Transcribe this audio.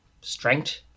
strength